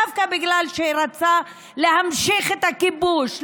דווקא בגלל שרצה להמשיך את הכיבוש,